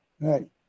Right